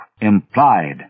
implied